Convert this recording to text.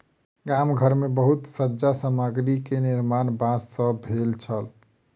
गाम घर मे बहुत सज्जा सामग्री के निर्माण बांस सॅ भेल छल